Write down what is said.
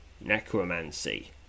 Necromancy